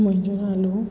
मुंहिंजो नालो